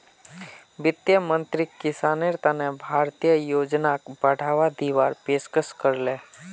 वित्त मंत्रीक किसानेर तने भारतीय योजनाक बढ़ावा दीवार पेशकस करले